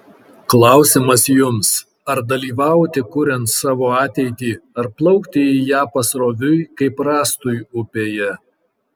klausimas jums ar dalyvauti kuriant savo ateitį ar plaukti į ją pasroviui kaip rąstui upėje